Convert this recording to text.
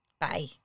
Bye